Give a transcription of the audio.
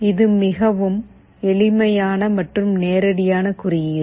இது மிகவும் எளிமையான மற்றும் நேரடியான குறியீடு